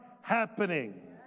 happening